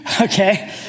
Okay